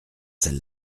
celle